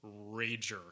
rager